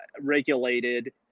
regulated